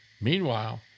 Meanwhile